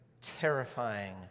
terrifying